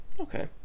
Okay